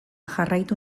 jarraitu